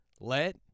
Let